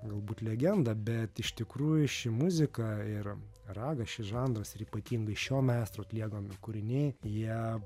galbūt legendą bet iš tikrųjų ši muzika ir raga šis žanras ypatingai šio meistro atliekami kūriniai jie